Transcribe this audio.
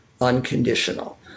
unconditional